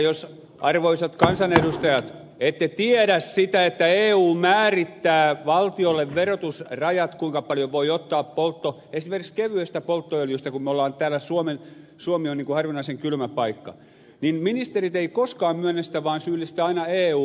jos arvoisat kansanedustajat ette tiedä sitä niin eu määrittää valtiolle verotusrajat kuinka paljon voi ottaa esimerkiksi kevyestä polttoöljystä kun me olemme täällä kun suomi on harvinaisen kylmä paikka mutta ministerit eivät koskaan myönnä sitä vaan syyllistävät aina eun